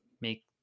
make